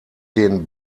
den